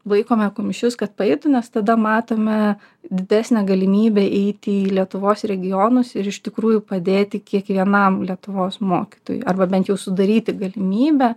laikome kumščius kad paeitų nes tada matome didesnę galimybę eiti į lietuvos regionus ir iš tikrųjų padėti kiekvienam lietuvos mokytojui arba bent jau sudaryti galimybę